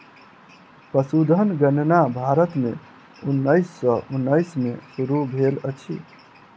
पशुधन गणना भारत में उन्नैस सौ उन्नैस में शुरू भेल अछि